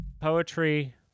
poetry